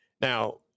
Now